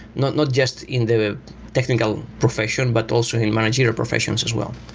not not just in the technical profession, but also in managerial professions as well.